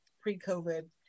pre-COVID